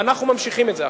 ואנחנו ממשיכים את זה עכשיו,